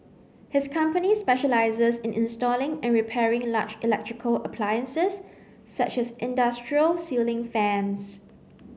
his company specialises in installing and repairing large electrical appliances such as industrial ceiling fans